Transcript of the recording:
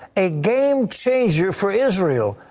a game-changer for israel.